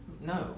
No